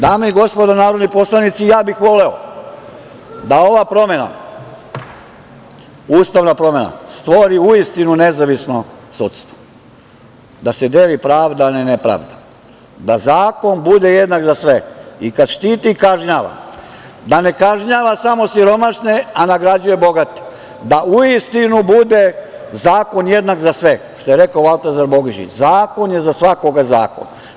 Dame i gospodo narodni poslanici, ja bih voleo da ova ustavna promena stvori uistinu nezavisno sudstvo, da se deli pravda a ne nepravda, da zakon bude jednak za sve, i kad štiti i kad kažnjava, da ne kažnjava samo siromašne a nagrađuje bogate, da uistinu bude zakon jednak za sve, što je rekao Valtazar Bogišić - Zakon je za svakoga zakon.